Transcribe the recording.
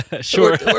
Sure